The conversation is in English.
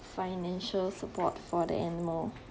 financial support for the animal